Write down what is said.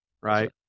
right